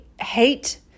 hate